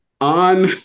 on